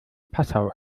passau